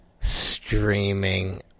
streaming